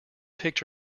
picked